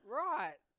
right